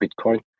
Bitcoin